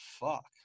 fuck